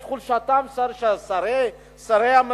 את חולשתם של שרי הממשלה.